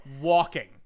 walking